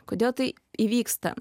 kodėl tai įvyksta